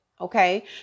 Okay